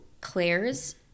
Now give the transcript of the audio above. Claire's